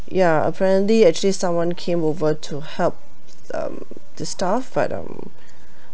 ya apparently actually someone came over to help um the staff but um